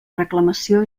reclamació